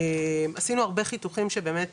עשינו הרבה חיתוכים שבאמת